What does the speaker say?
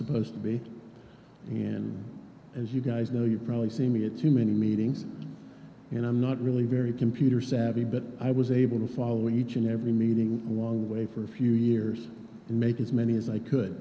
supposed to be in as you guys know you've probably seen me at too many meetings and i'm not really very computer savvy but i was able to follow each and every meeting walking away for a few years and make as many as i could